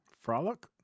Frolic